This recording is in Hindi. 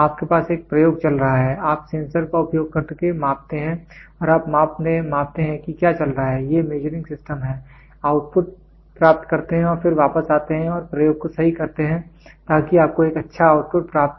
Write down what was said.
आपके पास एक प्रयोग चल रहा है आप सेंसर का उपयोग करके मापते हैं आप मापते हैं कि क्या चल रहा है ये मेजरिंग सिस्टम हैं आउटपुट प्राप्त करते हैं और फिर वापस आते हैं और प्रयोग को सही करते हैं ताकि आपको एक अच्छा आउटपुट प्राप्त हो